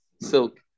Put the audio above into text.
silk